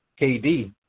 KD